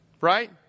Right